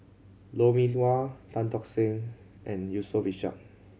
Lou Mee Wah Tan Tock San and Yusof Ishak